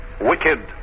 wicked